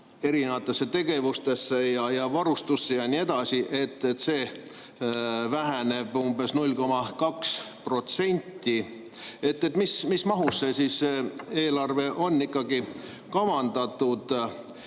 erinevatesse tegevustesse, varustusse ja nii edasi, väheneb umbes 0,2%. Mis mahus see eelarve on kavandatud?